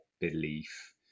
belief